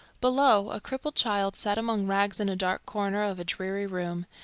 below, a crippled child sat among rags in a dark corner of a dreary room,